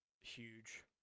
Huge